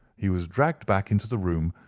he was dragged back into the room,